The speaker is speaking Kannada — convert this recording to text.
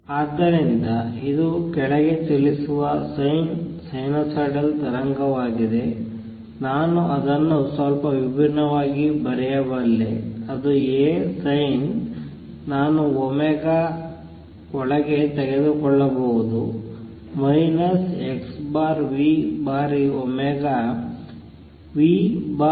ಆದ್ದರಿಂದ ಇದು ಕೆಳಗೆ ಚಲಿಸುವ sin ಸೈನುಸೈಡಲ್ ತರಂಗವಾಗಿದೆ ನಾನು ಅದನ್ನು ಸ್ವಲ್ಪ ವಿಭಿನ್ನವಾಗಿ ಬರೆಯಬಲ್ಲೆ ಅದು A sin ನಾನು ಒಳಗೆ ತೆಗೆದುಕೊಳ್ಳಬಹುದು x v ಬಾರಿ